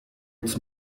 its